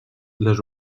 les